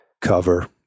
cover